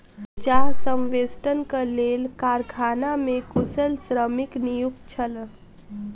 चाह संवेष्टनक लेल कारखाना मे कुशल श्रमिक नियुक्त छल